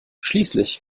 schließlich